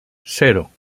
cero